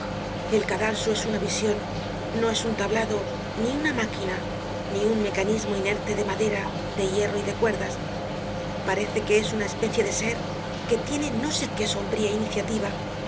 el cadalso es una vision no es un tablado ni una máquina ni un mecanismo inerte de madera de hierro y de cuerdas parece que es una especie de ser que tiene no sé qué sombría iniciativa